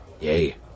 Yay